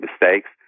mistakes